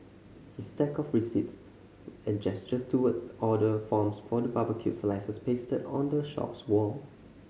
his stack of receipts and gestures towards order forms for the barbecued slices pasted on the shop's wall